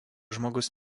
žmogus